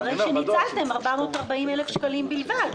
אחרי שניצלתם 440,000 שקלים בלבד.